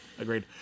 agreed